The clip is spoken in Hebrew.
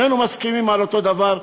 שנינו מסכימים על אותו דבר,